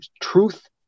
truth